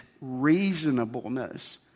reasonableness